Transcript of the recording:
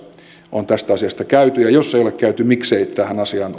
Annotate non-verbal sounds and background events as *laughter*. on näistä asioista käyty ja jos ei ole käyty miksei tähän asiaan *unintelligible*